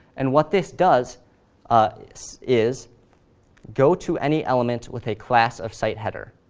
and what this does ah is is go to any element with a class of site header,